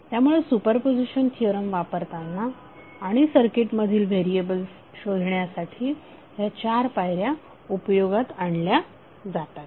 त्यामुळे superposition theorem वापरताना आणि सर्किट मधील व्हेरीएबल्स शोधण्यासाठी ह्या चार पायऱ्या उपयोगात आणल्या जातात